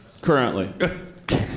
Currently